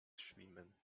schwimmen